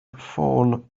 ffôn